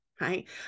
right